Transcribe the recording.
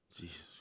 Jesus